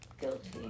guilty